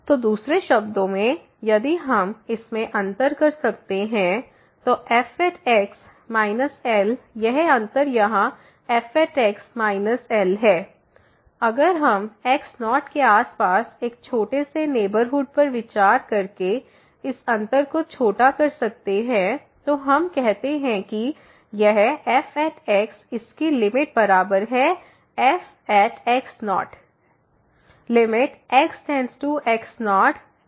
तो दूसरे शब्दों में यदि हम इसमें अंतर कर सकते हैं तो fx Lयह अंतर यहाँ fx L है अगर हम x0 के आस पास एक छोटे से नेबरहुड पर विचार करके इस अंतर को छोटा कर सकते हैं तो हम कहते हैं कि यह f इसकी लिमिट के बराबर है f f x→x0fxL